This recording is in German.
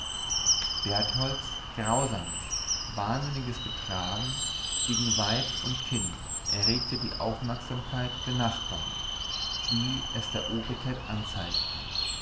bertholds grausames wahnsinniges betragen gegen weib und kind erregte die aufmerksamkeit der nachbaren die es der obrigkeit anzeigten